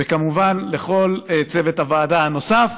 וכמובן לכל צוות הוועדה הנוסף.